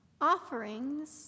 Offerings